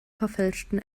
verfälschten